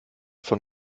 von